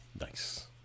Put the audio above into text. Nice